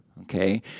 Okay